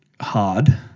hard